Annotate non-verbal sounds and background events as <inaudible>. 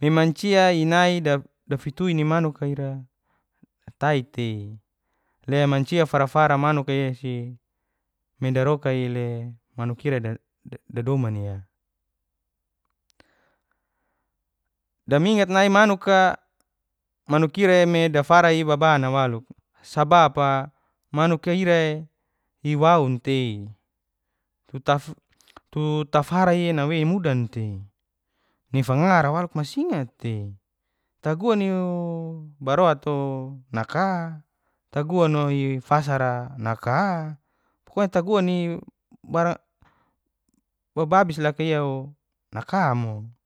me mancia si nai dafituini manuka ira jaitei re mancia fara fara manuki me darokai le manuk ira dadomani damingat nai manuka manukia me dafarai babana nawaluk sabapa manukia iwaun tei tu tafai nawei mudan tei ni fanggara waluk masingat tei <hesitation> taguani baroto naka taguan noi fasara naka pokoy taguani <hesitation> bababis lokaio nakamo